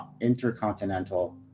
intercontinental